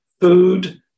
food